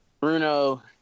Bruno